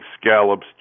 scallops